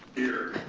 here.